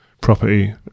property